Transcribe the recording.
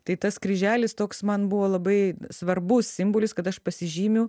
tai tas kryželis toks man buvo labai svarbus simbolis kad aš pasižymiu